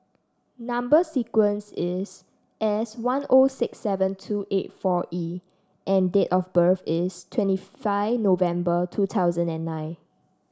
number sequence is S one O six seven two eight four E and date of birth is twenty five November two thousand and nine